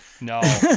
No